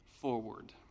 forward